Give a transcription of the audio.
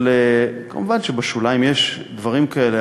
כמובן שבשוליים יש דברים כאלה,